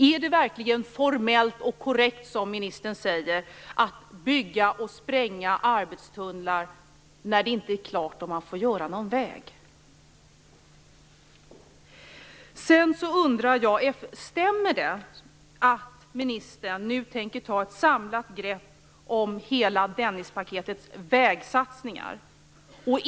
Är det verkligen formellt korrekt som ministern säger, att bygga och spränga arbetstunnlar när det inte är klart om man får göra någon väg? Sedan undrar jag: Stämmer det att ministern nu tänker ta ett samlat grepp på hela Dennispaketets vägsatsningar?